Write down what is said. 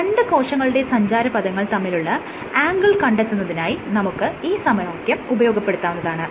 രണ്ട് കോശങ്ങളുടെ സഞ്ചാരപഥങ്ങൾ തമ്മിലുള്ള ആംഗിൾ കണ്ടെത്തുന്നതിനായി നമുക്ക് ഈ സമവാക്യം ഉപയോഗപ്പെടുത്താവുന്നതാണ്